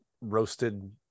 roasted